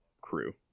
crew